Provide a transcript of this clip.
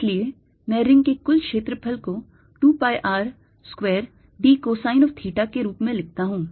इसलिए मैं रिंग के कुल क्षेत्रफल को 2 pi R square d cosine of theta के रूप में लिखता हूँ